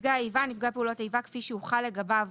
נפגע פעולות איבה כפי שהוחלו לגביו